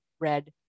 red